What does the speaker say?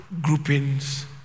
groupings